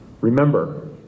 Remember